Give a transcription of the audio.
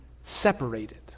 separated